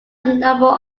novel